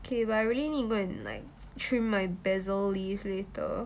okay but I really need go and like trim my basil leaf later